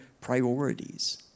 priorities